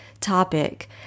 topic